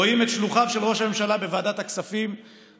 רואים את שלוחיו של ראש הממשלה בוועדת הכספים לא